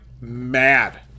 Mad